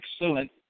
excellent